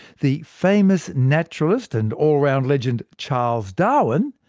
the famous naturalist and all-round legend charles darwin,